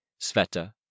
Sveta